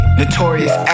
notorious